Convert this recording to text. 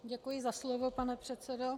Děkuji za slovo, pane předsedo.